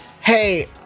hey